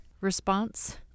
response